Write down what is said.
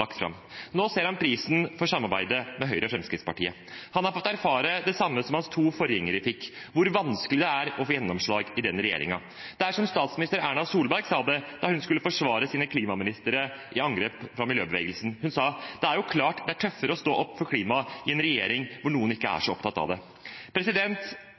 lagt fram. Nå ser han prisen man må betale for samarbeidet med Høyre og Fremskrittspartiet. Han har fått erfare det samme som hans to forgjengere fikk – hvor vanskelig det er å få gjennomslag i den regjeringen. Det er som statsminister Erna Solberg sa det da hun skulle forsvare sine klimaministere i angrep fra miljøbevegelsen. Hun sa at det er «klart tøffere å stå på for klimaet i en regjering hvor noen ikke er